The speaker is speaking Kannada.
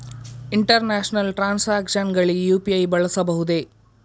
ಇಂಟರ್ನ್ಯಾಷನಲ್ ಟ್ರಾನ್ಸಾಕ್ಷನ್ಸ್ ಗಳಿಗೆ ಯು.ಪಿ.ಐ ಬಳಸಬಹುದೇ?